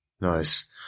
nice